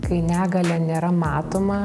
kai negalia nėra matoma